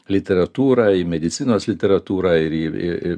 literatūrą į medicinos literatūrą ir į